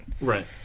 Right